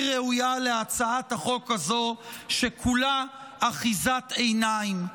היא ראויה להצעת החוק הזאת, שכולה אחיזת עיניים.